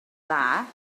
dda